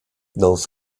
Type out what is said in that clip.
those